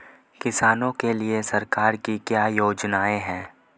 किसानों के लिए सरकार की क्या योजनाएं हैं?